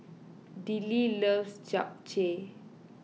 Dillie loves Japchae